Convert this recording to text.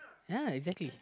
ya exactly